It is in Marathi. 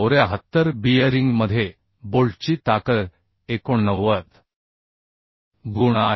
294 बीयरिंगमध्ये बोल्टची ताकद 89 गुण आहे